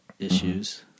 Issues